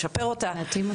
לשפר אותה.